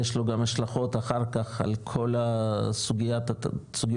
יש לו גם השלכות אחר כך על כל סוגיות תקציביות,